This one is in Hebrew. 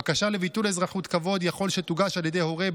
בקשה לביטול אזרחות כבוד אפשר שתוגש על ידי הורה,